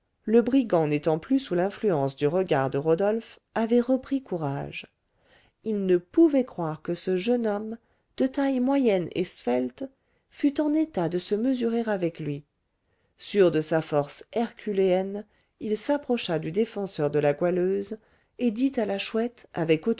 le brigand n'étant plus sous l'influence du regard de rodolphe avait repris courage il ne pouvait croire que ce jeune homme de taille moyenne et svelte fût en état de se mesurer avec lui sûr de sa force herculéenne il s'approcha du défenseur de la goualeuse et dit à la chouette avec